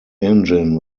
engine